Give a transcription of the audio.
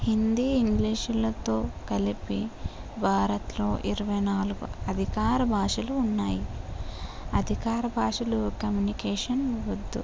హిందీ ఇంగ్లీషులతో కలిపి భారత్లో ఇరవై నాలుగు అధికార భాషలు ఉన్నాయి అధికార భాషలు కమ్యూనికేషన్ ఉర్దూ